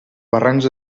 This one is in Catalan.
barrancs